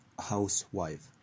housewife